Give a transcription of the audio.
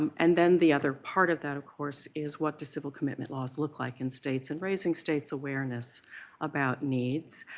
um and then the other part of that of course is what do civil commitment laws look like in states and raising state's awareness about needs.